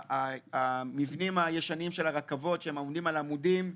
המבנים הישנים של הרכבות שעומדים על עמודים,